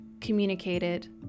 communicated